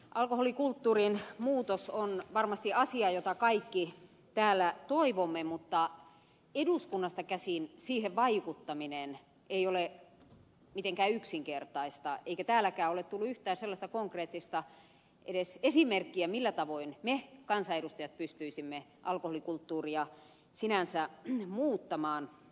alkoholikulttuurin muutos on varmasti asia jota kaikki täällä toivomme mutta eduskunnasta käsin siihen vaikuttaminen ei ole mitenkään yksinkertaista eikä täälläkään ole tullut yhtään sellaista konkreettista edes esimerkkiä millä tavoin me kansanedustajat pystyisimme alkoholikulttuuria sinänsä muuttamaan